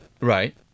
Right